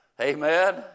Amen